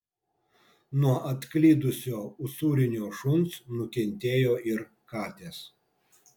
nuo atklydusio usūrinio šuns nukentėjo ir katės